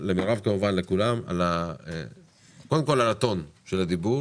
קודם כל על הטון של הדיבור